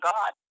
God